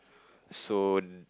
so